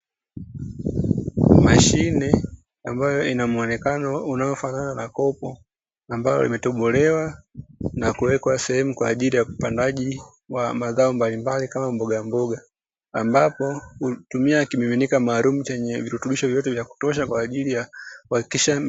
Mashine ambayo ina mwonekano unaofanana na kopo, ambalo limetobolewa na kuwekwa sehemu kwa ajili ya upandwaji wa mazao mbalimbali kama mbogamboga, ambapo hutumia kimiminika maalumu chenye virutubisho vyote vya kutosha kwa ajili ya kuhakikisha.